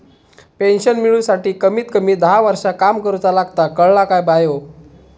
Pension मिळूसाठी कमीत कमी दहा वर्षां काम करुचा लागता, कळला काय बायो?